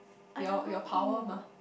I don't know